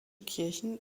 kirchen